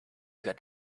got